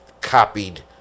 copied